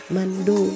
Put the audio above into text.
Mando